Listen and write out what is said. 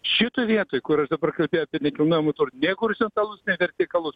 šitoj vietoj kur aš dabar kalbėjau apie nekilnojamąjį turtą nei horizontalus nei vertikalus